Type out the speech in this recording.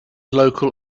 local